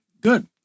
Good